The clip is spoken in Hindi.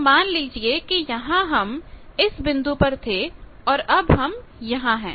तो मान लीजिए कि यहां हम इस बिंदु पर थे और अब हम यहां हैं